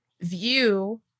view